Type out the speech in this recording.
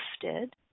gifted